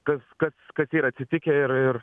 kas kas kas yra atsitikę ir ir